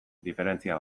diferentzia